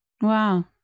Wow